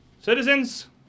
Citizens